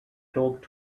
talk